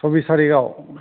सबबिस थारिखआव